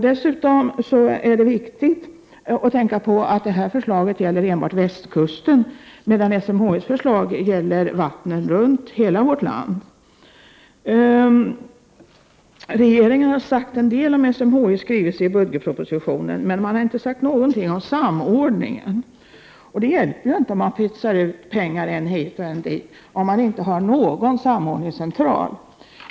Dessutom är det viktigt att tänka på att förslaget enbart gäller västkusten, medan SMHI:s förslag gäller vattnen runt hela vårt land. Regeringen har sagt en del om SMHI:s skrivelse i budgetpropositionen, men inte någonting om samordningen. Det hjälper ju inte att pytsa ut pengar än hit, än dit, om man inte har någon samordningscentral.